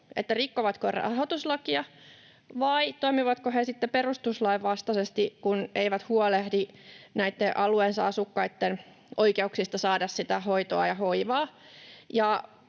rikkovatko he rahoituslakia vai toimivatko he sitten perustuslain vastaisesti, kun eivät huolehdi alueensa asukkaitten oikeuksista saada hoitoa ja hoivaa.